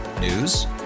News